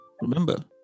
Remember